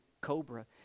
cobra